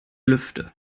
lüfte